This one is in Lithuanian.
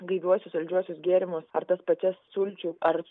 gaiviuosius saldžiuosius gėrimus ar tas pačias sulčių ar